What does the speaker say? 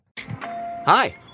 Hi